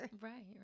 right